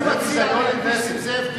אני מציע לנסים זאב,